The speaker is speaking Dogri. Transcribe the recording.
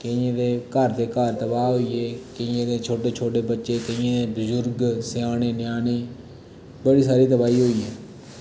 केइयें दे घर दे घर तबाह होइये केइयें दे छोटे छोटे बच्चे केइयें दे बुजुर्ग स्याने न्याने बड़ी सारी तबाही होई